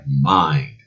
mind